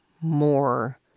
More